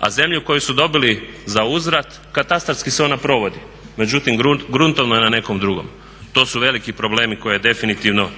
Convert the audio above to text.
a zemlju koju su dobili za uzvrat katastarski se ona provodi. Međutim gruntovno je na nekom drugom, to su veliki problem koje definitivno